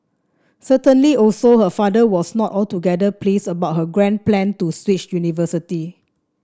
certainly also her father was not altogether pleased about her grand plan to switch universities